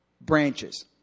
branches